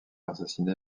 assassiner